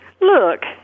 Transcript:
Look